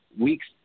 weeks